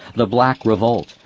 the black revolt,